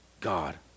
God